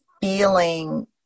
feeling